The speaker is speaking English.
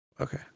Okay